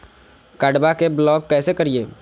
कार्डबा के ब्लॉक कैसे करिए?